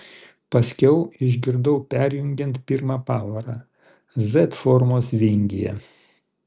paskiau išgirdau perjungiant pirmą pavarą z formos vingyje